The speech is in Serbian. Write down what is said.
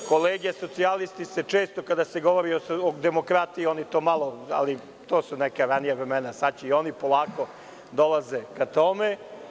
Kolege socijalisti često kada se govori o demokratiji malo …, ali to su neka ranija vremena, sada i oni polako dolaze ka tome.